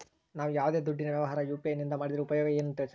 ನಾವು ಯಾವ್ದೇ ದುಡ್ಡಿನ ವ್ಯವಹಾರ ಯು.ಪಿ.ಐ ನಿಂದ ಮಾಡಿದ್ರೆ ಉಪಯೋಗ ಏನು ತಿಳಿಸ್ರಿ?